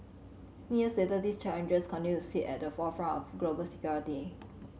fifteen years later these challenges continue to sit at the forefront of global security